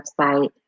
website